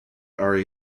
are